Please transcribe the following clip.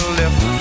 left